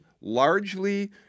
largely